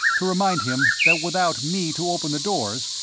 to remind him that without me to open the doors,